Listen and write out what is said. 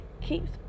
keeps